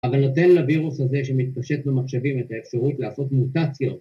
‫אבל נותן לווירוס הזה ‫שמתפשט במחשבים ‫את האפשרות לעשות מוטציות.